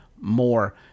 more